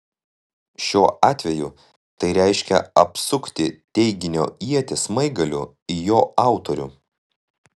šiuo atveju tai reiškia apsukti teiginio ietį smaigaliu į jo autorių